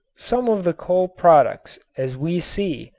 some of the coal-tar products, as we see,